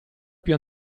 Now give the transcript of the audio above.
più